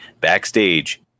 backstage